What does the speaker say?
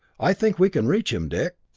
i think we can reach him, dick!